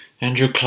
Andrew